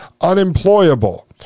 unemployable